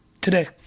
today